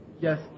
Yes